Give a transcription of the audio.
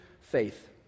faith